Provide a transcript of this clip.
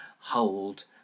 hold